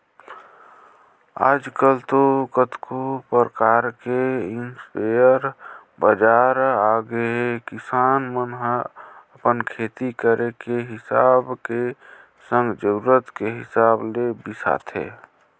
आजकल तो कतको परकार के इस्पेयर बजार म आगेहे किसान मन ह अपन खेती करे के हिसाब के संग जरुरत के हिसाब ले बिसाथे